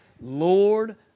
Lord